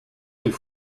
qu’il